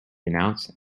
announced